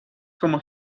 cómo